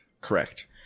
Correct